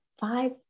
five